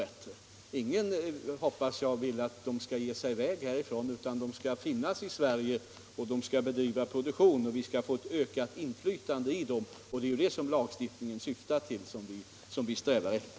Ingen önskar, hoppas jag, att de skall ge sig i väg härifrån, utan de skall finnas i Sverige och bedriva produktion, och vi skall få ett ökat inflytande i dem. Det är ju det som lagstiftningen syftar till och som vi strävar efter.